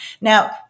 Now